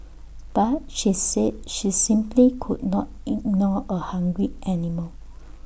but she said she simply could not ignore A hungry animal